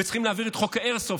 וצריכים להעביר את חוק האיירסופט,